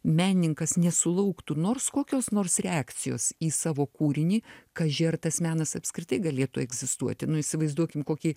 menininkas nesulauktų nors kokios nors reakcijos į savo kūrinį kaži ar tas menas apskritai galėtų egzistuoti nu įsivaizduokim kokį